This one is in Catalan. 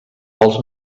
als